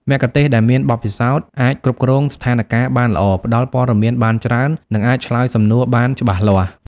មគ្គុទ្ទេសក៍ដែលមានបទពិសោធន៍អាច គ្រប់គ្រងស្ថានការណ៍បានល្អ ផ្តល់ព័ត៌មានបានច្រើន និងអាចឆ្លើយសំណួរបានច្បាស់លាស់។